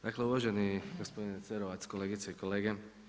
Dakle, uvaženi gospodine Cerovac, kolegice i kolege.